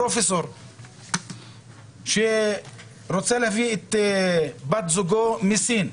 פרופסור שרוצה להביא את בת זוגו מסין.